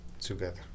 together